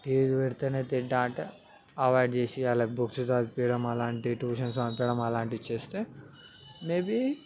TV పెడితేనే తింటా అంటే అవైడ్ చేసేయాలి బుక్స్ చదివించడం అలాంటి ట్యూషన్స్కి పంపించడం అలాంటివి చేస్తే మే బీ